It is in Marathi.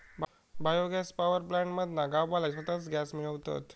बायो गॅस पॉवर प्लॅन्ट मधना गाववाले स्वताच गॅस मिळवतत